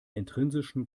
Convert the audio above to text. intrinsischen